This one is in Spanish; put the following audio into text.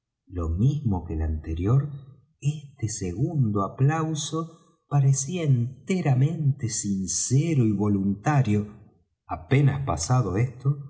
lo mismo que el anterior este segundo aplauso parecía enteramente sincero y voluntario apenas pasado esto